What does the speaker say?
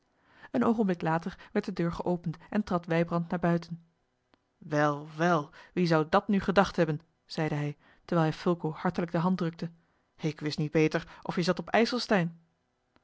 een oogenblik later werd de deur geopend en trad wijbrand naar buiten wel wel wie zou dat nu gedacht hebben zeide hij terwijl hij fulco hartelijk de hand drukte ik wist niet beter of je zat op ijselstein